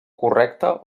correcta